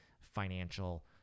financial